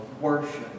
worship